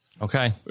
Okay